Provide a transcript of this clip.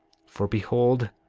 for behold,